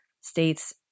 states